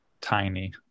tiny